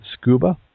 Scuba